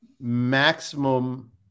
maximum